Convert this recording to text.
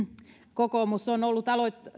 kokoomus on ollut